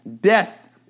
death